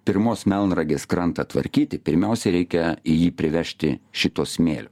pirmos melnragės krantą tvarkyti pirmiausia reikia į jį privežti šito smėlio